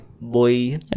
boy